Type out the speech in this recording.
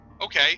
okay